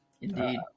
Indeed